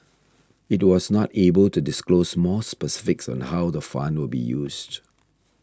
it was not able to disclose more specifics on how the fund will be used